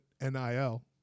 NIL